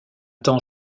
temps